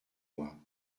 moi